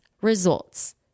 results